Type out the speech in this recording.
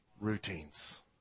routines